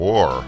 War